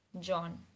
john